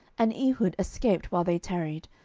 and ehud escaped while they tarried,